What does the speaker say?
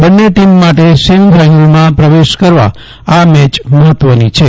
બન્ને ટીમ માટે સેમિફાઈનલમાં પ્રવેશ કરવા આ મેચ મફત્વની છે